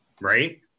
Right